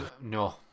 No